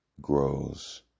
grows